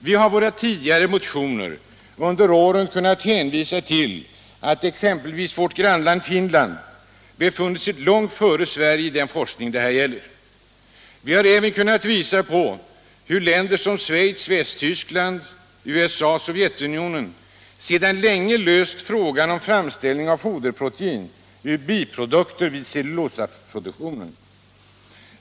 Vi har i våra tidigare motioner under åren kunnat hänvisa till att exempelvis vårt grannland Finland befunnit sig långt före Sverige i den forskning det här gäller. Vi har även kunnat visa att länder som Schweiz, Västtyskland, USA och Sovjetunionen sedan länge har löst frågan om framställning av foderprotein ur biprodukter vid cellulosaproduktion.